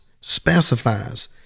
specifies